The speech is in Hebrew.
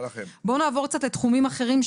נעבור קצת לתחומים אחרים,